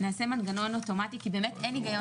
נעשה מנגנון אוטומטי כי באמת אין הגיון